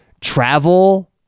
travel